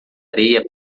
areia